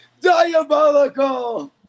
Diabolical